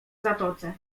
zatoce